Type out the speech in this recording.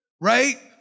right